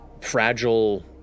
fragile